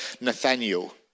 Nathaniel